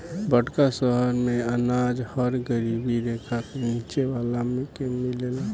बड़का शहर मेंअनाज हर गरीबी रेखा के नीचे वाला के मिलेला